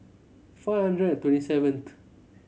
four hundred and twenty seventh